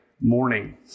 morning